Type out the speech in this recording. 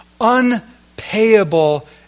unpayable